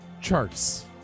Charts